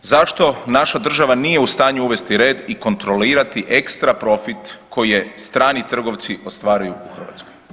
Zašto naša država nije u stanju uvesti red i kontrolirati ekstra profit koje strani trgovci ostvaruju u Hrvatskoj?